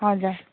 हजुर